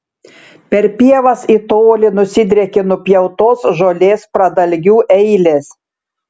per pievas į tolį nusidriekė nupjautos žolės pradalgių eilės